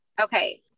Okay